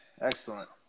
Excellent